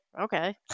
okay